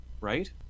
right